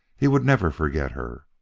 he would never forget her.